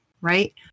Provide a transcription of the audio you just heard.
Right